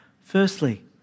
Firstly